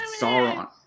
Sauron